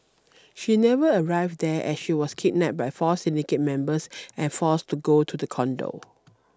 she never arrived there as she was kidnapped by four syndicate members and forced to go to the condo